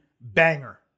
banger